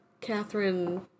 Catherine